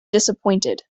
disappointed